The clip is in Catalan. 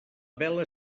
vela